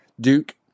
Duke